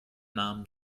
namen